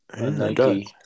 Nike